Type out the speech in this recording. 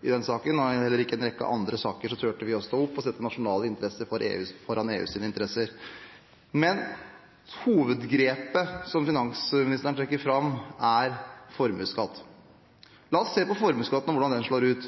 i denne saken. Heller ikke i en rekke andre saker turte vi å stå opp og sette nasjonale interesser foran EUs interesser. Hovedgrepet som finansministeren trekker fram, er formuesskatt. La oss se på formuesskatten og hvordan den slår ut.